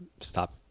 stop